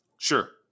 Sure